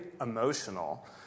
emotional